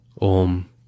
Om